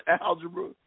algebra